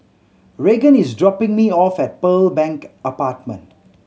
Raegan is dropping me off at Pearl Bank Apartment